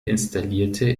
installierte